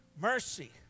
Mercy